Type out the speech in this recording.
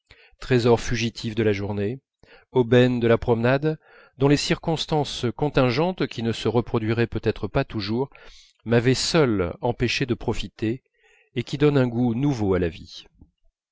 trésors fugitifs de la journée aubaines de la promenade dont les circonstances contingentes qui ne se reproduiraient peut-être pas toujours m'avaient seules empêché de profiter et qui donnent un goût nouveau à la vie